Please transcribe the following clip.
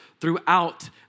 throughout